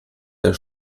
der